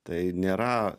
tai nėra